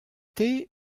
thé